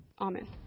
Amen